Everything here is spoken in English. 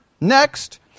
Next